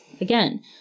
again